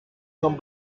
son